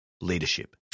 leadership